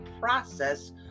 process